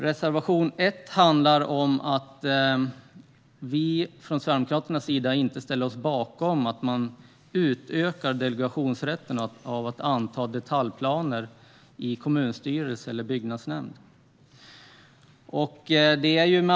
Reservation 1 handlar om att vi från Sverigedemokraternas sida inte ställer oss bakom utökad delegationsrätt att anta detaljplaner i kommunstyrelse eller byggnadsnämnd.